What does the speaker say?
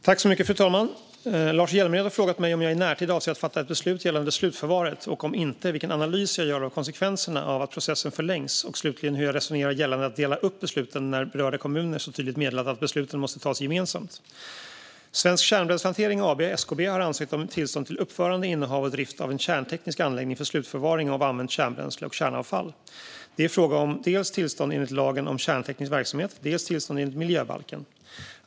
Fru talman! Lars Hjälmered har frågat mig om jag i närtid avser att fatta ett beslut gällande slutförvaret, vilken analys jag gör av konsekvenserna av att processen förlängs om så inte sker och slutligen hur jag resonerar gällande att dela upp besluten när berörda kommuner så tydligt meddelat att besluten måste tas gemensamt. Svensk Kärnbränslehantering AB, SKB, har ansökt om tillstånd till uppförande, innehav och drift av en kärnteknisk anläggning för slutförvaring av använt kärnbränsle och kärnavfall. Det är fråga om dels tillstånd enligt lagen om kärnteknisk verksamhet och dels tillstånd enligt miljöbalken.